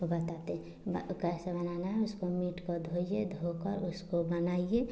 बताते है ब कैसे बनाना है उसको मीट को धोइए धोकर उसको बनाइए